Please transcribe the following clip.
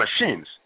machines